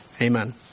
Amen